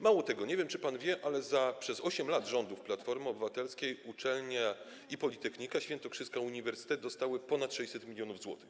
Mało tego, nie wiem, czy pan wie, ale przez 8 lat rządów Platformy Obywatelskiej uczelnie, i Politechnika Świętokrzyska, i uniwersytet, dostały ponad 600 mln zł.